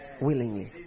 willingly